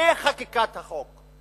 לפני חקיקת החוק,